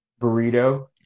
burrito